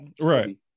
right